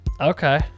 okay